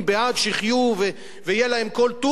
אני בעד שיחיו ויהיה להם כל טוב.